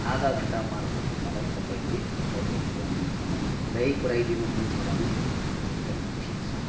आधा घन्टा मार्फत मलाई तपाईँले अर्डर ल्याइ पुऱ्याइ दिन्छ भने अब ल्याइ पुऱ्याइदिनु हुन्छ भने एकदम ठिक छ